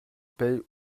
paie